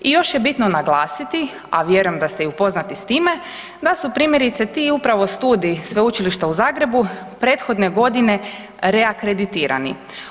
I još je bitno naglasiti, a vjerujem da ste i upoznati s time da su primjerice ti upravo studiji Sveučilišta u Zagrebu prethodne godine reakreditirani.